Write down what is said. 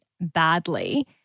badly